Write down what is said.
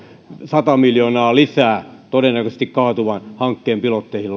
sata miljoonaa lisää todennäköisesti kaatuvan hankkeen pilotteihin